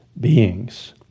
beings